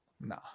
Nah